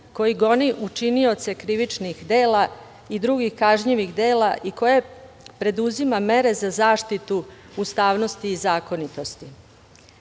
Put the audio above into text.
koji goni učinioce krivičnih dela i drugih kažnjivih dela i koje preduzima mere za zaštitu ustavnosti i zakonitosti. Naša